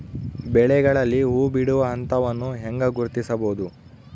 ಬೆಳೆಗಳಲ್ಲಿ ಹೂಬಿಡುವ ಹಂತವನ್ನು ಹೆಂಗ ಗುರ್ತಿಸಬೊದು?